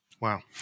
Wow